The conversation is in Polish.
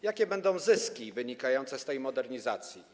Jakie będą zyski wynikające z tej modernizacji?